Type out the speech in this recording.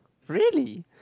really